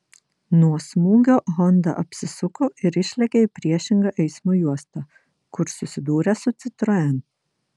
nuo smūgio honda apsisuko ir išlėkė į priešingą eismo juostą kur susidūrė su citroen